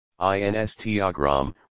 instagram